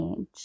age